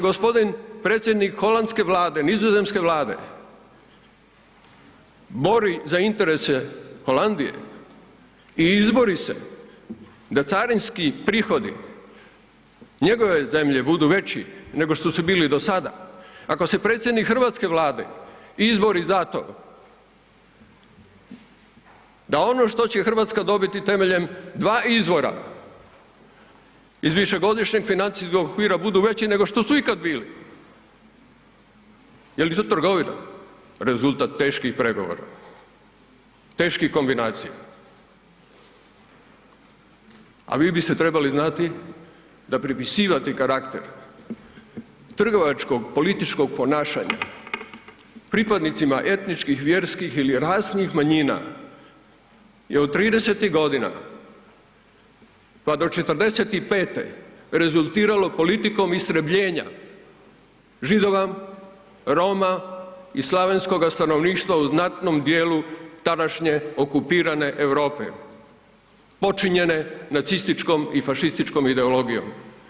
Ako se g. predsjednik holandske vlade, nizozemske vlade, bori za interese Holandije i izbori se da carinski prihodi njegove zemlje budu veći nego što su bili do sada, ako se predsjednik hrvatske vlade izbori za to da ono što će RH dobiti temeljem 2 izvora iz višegodišnjeg financijskog okvira budu veći nego što su ikad bili, je li to trgovina, rezultat teških pregovora, teških kombinacija, a vi biste trebali znati da pripisivati karakter trgovačkog političkog ponašanja pripadnicima etničkih, vjerskih ili rasnih manjina je od 30.-tih godina, pa do 45.-te rezultiralo politikom istrebljenja Židova, Roma i slavenskoga stanovništva u znatnom dijelu tadašnje okupirane Europe počinjene nacističkom i fašističkom ideologijom.